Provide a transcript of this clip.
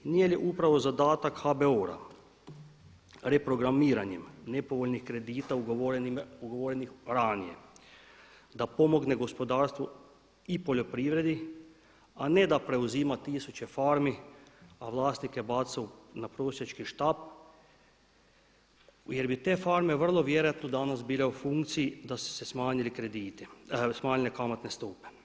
Nije li upravo zadatak HBOR-a reprogramiranjem nepovoljnih kredita ugovorenih ranije, da pomogne gospodarstvu i poljoprivredi, a ne da preuzima tisuće farmi, a vlasnike baca na prosjački štap jer bi te farme vrlo vjerojatno danas bile u funkciji da su se smanjile kamatne stope.